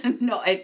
No